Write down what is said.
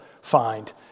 find